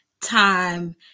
time